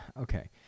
okay